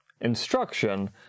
instruction